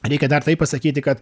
reikia dar tai pasakyti kad